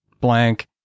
blank